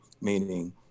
meaning